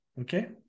Okay